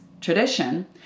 tradition